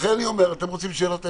אתם רוצים שאלות?